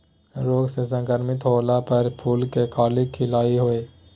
रोग से संक्रमित होला पर फूल के कली खिलई हई